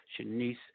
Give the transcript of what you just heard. Shanice